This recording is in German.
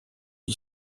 die